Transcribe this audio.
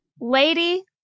Lady